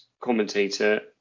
commentator